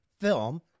film